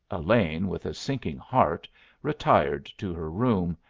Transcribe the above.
elaine with a sinking heart retired to her room,